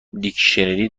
دیکشنری